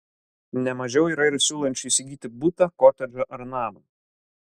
ne mažiau yra ir siūlančių įsigyti butą kotedžą ar namą